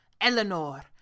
Eleanor